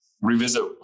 revisit